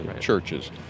churches